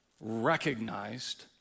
recognized